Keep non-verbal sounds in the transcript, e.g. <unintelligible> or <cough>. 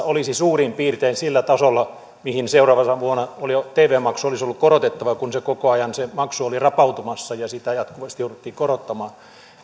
<unintelligible> olisi suurin piirtein sillä tasolla mihin seuraavana vuonna tv maksu olisi ollut korotettava kun se maksu koko ajan oli rapautumassa ja sitä jatkuvasti jouduttiin korottamaan